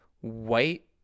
white